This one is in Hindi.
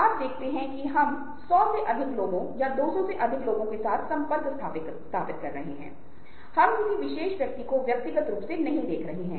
आप पाएंगे कि एक पी एन और जेड नेटवर्क है और नंबर 2 आप हैं